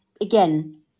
again